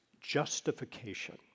justification